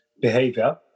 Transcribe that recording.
behavior